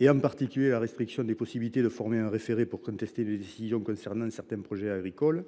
et en particulier la restriction des possibilités de former un référé pour contester des décisions concernant certains projets agricoles,